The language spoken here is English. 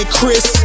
Chris